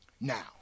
Now